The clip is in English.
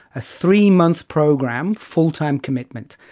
a three-month program, full-time commitment.